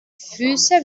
füße